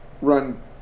run